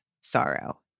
sorrow